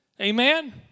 amen